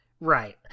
Right